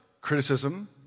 criticism